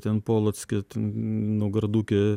ten polocke naugarduke